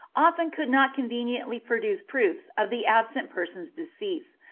often could not conveniently produce proofs of the absent person's decease,